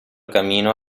camino